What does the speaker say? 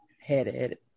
headed